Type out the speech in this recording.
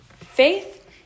Faith